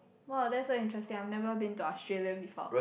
!wow! that's very interesting I'm never been to Australia before